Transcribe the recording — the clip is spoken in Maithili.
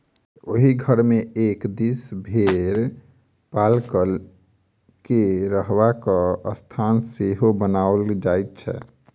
ओहि घर मे एक दिस भेंड़ पालक के रहबाक स्थान सेहो बनाओल जाइत छै